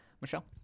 Michelle